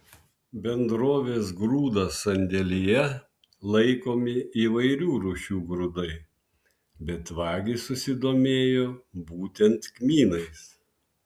bendrovės grūdas sandėlyje laikomi įvairių rūšių grūdai bet vagys susidomėjo būtent kmynais